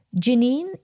Janine